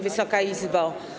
Wysoka Izbo!